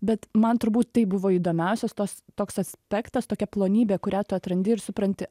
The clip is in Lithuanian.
bet man turbūt tai buvo įdomiausias tos toks aspektas tokia plonybė kurią tu atrandi ir supranti